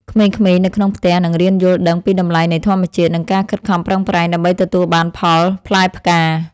ក្មេងៗនៅក្នុងផ្ទះនឹងរៀនយល់ដឹងពីតម្លៃនៃធម្មជាតិ និងការខិតខំប្រឹងប្រែងដើម្បីទទួលបានផលផ្លែផ្កា។